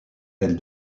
elle